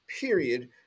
period